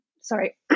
sorry